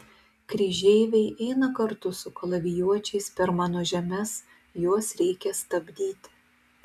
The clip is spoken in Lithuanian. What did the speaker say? kryžeiviai eina kartu su kalavijuočiais per mano žemes juos reikia stabdyti